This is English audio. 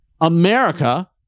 America